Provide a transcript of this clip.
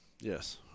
Yes